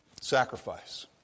Sacrifice